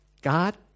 God